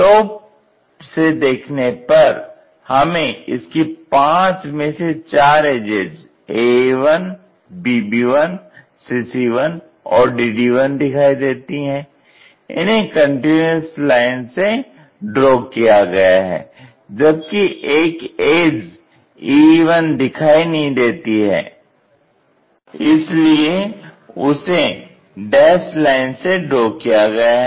top से देखने पर हमें इसकी पांच में से चार एजज aa1 bb1 cc1 और dd1 दिखाई देती हैं इन्हें कंटीन्यूअस लाइन से ड्रॉ किया गया है जबकि एक एज ee1 दिखाई नहीं देती है इसलिए उसे डैस्ड लाइन से ड्रॉ किया गया है